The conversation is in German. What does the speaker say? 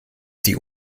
sie